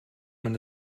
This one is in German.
man